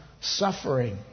suffering